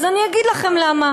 אז אני אגיד לכם למה.